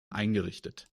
eingerichtet